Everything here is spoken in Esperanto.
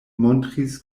montris